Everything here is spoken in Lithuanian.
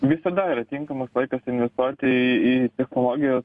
visada yra tinkamas laikas investuoti į į technologijas